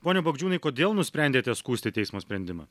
pone bagdžiūnai kodėl nusprendėte skųsti teismo sprendimą